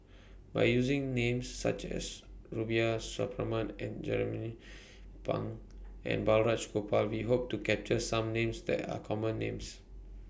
By using Names such as Rubiah Suparman Jernnine Pang and Balraj Gopal We Hope to capture Some Names The Common Names